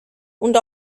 und